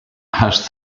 has